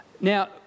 Now